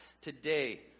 Today